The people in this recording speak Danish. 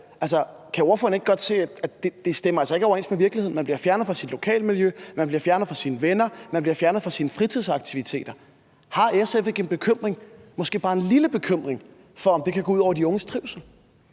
Kan ordføreren ikke godt se, at det altså ikke stemmer overens med virkeligheden? Man bliver fjernet fra sit lokalmiljø, man bliver fjernet fra sine venner, og man bliver fjernet fra sine fritidsaktiviteter. Har SF ikke måske bare en lille bekymring for, at det kan gå ud over de unges trivsel?